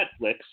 Netflix